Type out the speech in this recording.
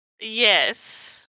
Yes